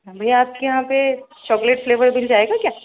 بھیا آپ کے یہاں پہ چاکلیٹ فلیور مل جائے گا کیا